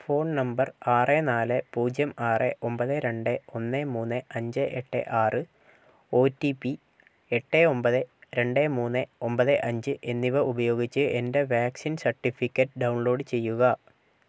phone number ആറ് നാല് പൂജ്യം ആറ് ഒൻപത് രണ്ട് ഒന്ന് മൂന്ന് അഞ്ച് എട്ട് ആറ് ഒടിപി എട്ട് ഒൻപത് രണ്ട് മൂന്ന് ഒൻപതേ അഞ്ച് എന്നിവ ഉപയോഗിച്ച് എന്റെ വാക്സിൻ സർട്ടിഫിക്കറ്റ് ഡൗൺലോഡ് ചെയ്യുക